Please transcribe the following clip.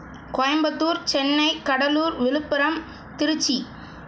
Coimbatore Chennai Cuddalore Villupuram Trichy